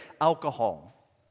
Alcohol